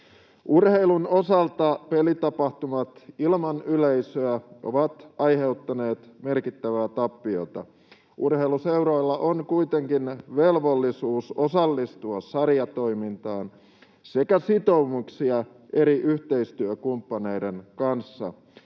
Urheilun osalta pelitapahtumat ilman yleisöä ovat aiheuttaneet merkittävää tappiota. Urheiluseuroilla on kuitenkin velvollisuus osallistua sarjatoimintaan sekä sitoumuksia eri yhteistyökumppaneiden kanssa,